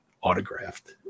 autographed